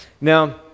Now